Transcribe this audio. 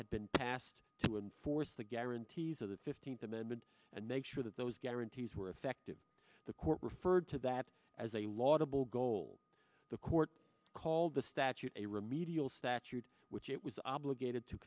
had been passed to enforce the guarantees of the fifteenth amendment and make sure that those guarantees were effective the court referred to that as a lot of well goal the court called the statute a remedial statute which it was obligated to